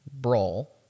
brawl